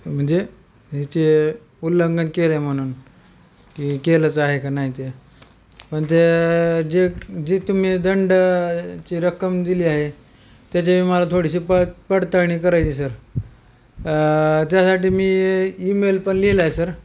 म्हणजे ह्याचे उल्लंंघन केलं म्हणून की केलंच आहे का नाही ते पण ते जे जे तुम्ही दंडाची रक्कम दिली आहे त्याची बी मला थोडीशी पड पडताळणी करायची सर त्यासाठी मी ईमेल पण लिहिलं आहे सर